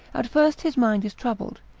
at first his mind is troubled,